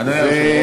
אדוני היושב-ראש,